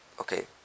Okay